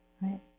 Right